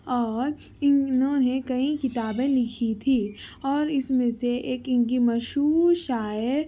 اور ان انہوں نے کئی کتابیں لکھی تھی اور اس میں سے ایک ان کی مشہور شاعر